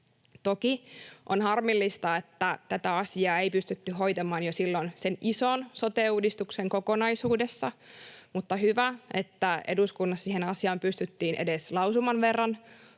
Toki on harmillista, että tätä asiaa ei pystytty hoitamaan jo silloin sen ison sote-uudistuksen kokonaisuudessa, mutta hyvä, että eduskunnassa siihen asiaan pystyttiin edes lausuman verran